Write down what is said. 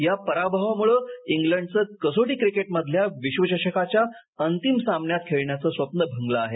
या पराभवामुळे इंग्लंडचं कसोटी क्रिकेटमधल्या विश्वचषकाच्या अंतिम सामन्यात खेळण्याचं स्वप्न भंगलं आहे